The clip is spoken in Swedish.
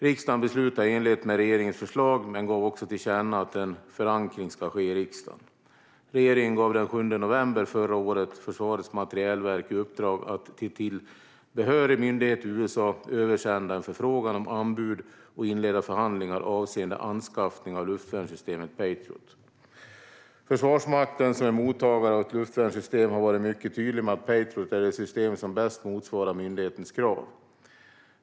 Riksdagen beslutade i enlighet med regeringens förslag men gav också till känna att en förankring ska ske i riksdagen. Regeringen gav den 7 november förra året Försvarets materielverk i uppdrag att till behörig myndighet i USA översända en förfrågan om anbud och inleda förhandlingar avseende anskaffning av luftvärnssystemet Patriot. Försvarsmakten, som är mottagare av ett luftvärnssystem, har varit mycket tydlig med att Patriot är det system som bäst motsvarar myndighetens krav.